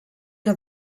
que